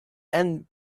and